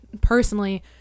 personally